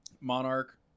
Monarch